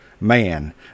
Man